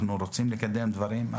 אנחנו רוצים לקדם דברים.